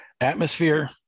atmosphere